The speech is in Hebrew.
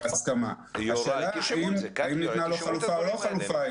השאלה האם ניתנה לו חלופה או לא חופה היא